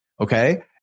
Okay